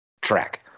track